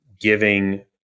giving